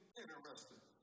interesting